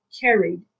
carried